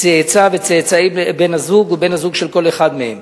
צאצא וצאצאי בן-הזוג ובן-הזוג של כל אחד מהם.